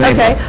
Okay